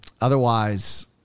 Otherwise